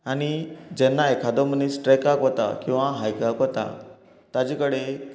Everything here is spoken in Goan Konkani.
आनी जेन्ना एखादो मनीस ट्रेकाक वता किंवां हायकाक वता ताचे कडेन